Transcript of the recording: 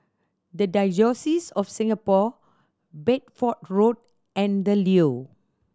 The Diocese of Singapore Bedford Road and The Leo